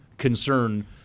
Concern